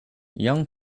young